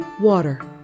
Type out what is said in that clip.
Water